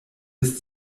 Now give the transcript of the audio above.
ist